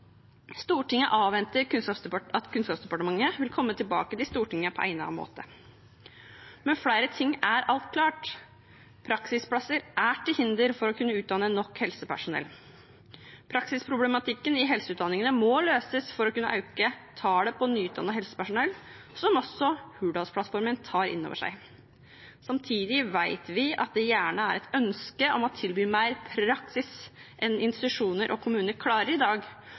Stortinget avventer at Kunnskapsdepartementet vil komme tilbake til Stortinget på egnet måte, men flere ting er alt klart. Praksisplasser er til hinder for å kunne utdanne nok helsepersonell. Praksisproblematikken i helseutdanningene må løses for å kunne øke tallet på nyutdannet helsepersonell, som også Hurdalsplattformen tar innover seg. Samtidig vet vi at det gjerne er et ønske om å tilby mer praksis enn institusjoner og kommuner klarer i dag,